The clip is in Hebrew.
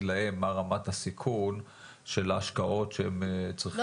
להם מה רמת הסיכון של ההשקעות שהם צריכים לקחת.